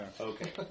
Okay